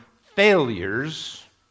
failures